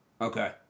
okay